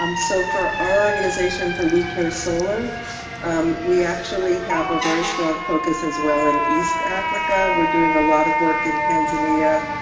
um so for our organization for we care solar um we actually have a very strong focus as well in east africa. we're doing a lot of work in tanzania,